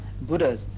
Buddhas